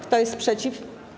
Kto jest przeciw?